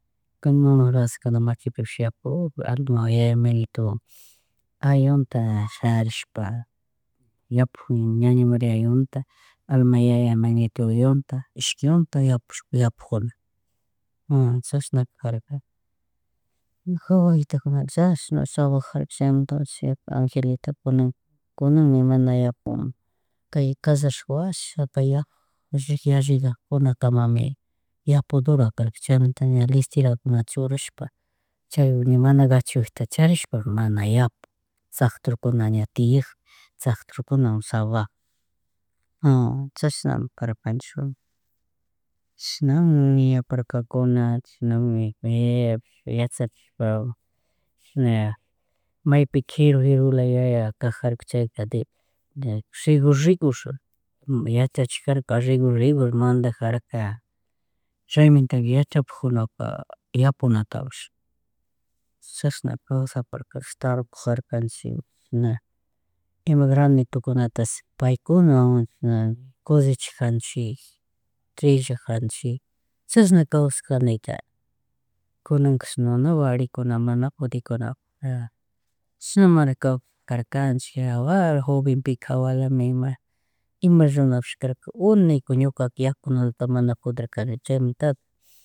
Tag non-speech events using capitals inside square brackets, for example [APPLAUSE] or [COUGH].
[UNINTELLIGIBLE] maquipipish yapuku alma yaya mañitowan [NOISE] ayutsnta shayarishpa yapuk ñaña Maria yuta [NOISE] alma yaya mañito yuta ishki yunta yapush yapukjuna [HESITATION] chashna karka. Ñuka wawitukunaka chashna trabajarka chaymantaka chipi Angelita kunan kunanka ña mana yapun, kay kasharishka washa kay [HESITATION] rick allila kunankamami, yapudura karka, chaymanta ña lecherakunata churashpa [NOISE] chay ña mana gachuyutak, charisha mana yapun chakcturkuna ña tiyakpi [NOISE] chashkuna ña tiyak chakturkuna trabajak. [HESITATION] Chashnama carkanchik, chishnami karkakuna, chishnami yayapish yachachishpa [NOISE] chishna, maypi jiru, jirula yaya kajarka, chayka [UNINTELLIGIBLE] rigos rigus, yachachijarka rigur rigur, mandajarka, chaymantaka yachapajunaka yapunatapish, chashna kawsaparka, tarpujarcanchik, chishna ima granitukunata [NOISE] paykunawan kullichajanchik trillajanchi, chashna ima granitunash paykunawan chishna kollechajanchik, trillajanchik chashna kawsajarkanika. Kunanka mana valikuna, mana pudikunaka, [NOISE] chashnari [NOISE] karkanchik, hawakla jovenpika, jawalami ima, ima runapsh karka uniko ñukaka yapunata mana pudirkani chaymantaka. [NOISE]